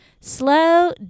Slow